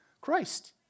Christ